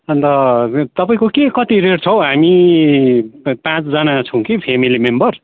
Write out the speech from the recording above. अन्त तपाईँको के कति रेट छ हौ हामी प पाँचजना छौँ कि फेमिली मेम्बर